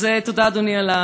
אז תודה, אדוני, על,